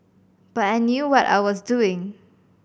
but I knew what I was doing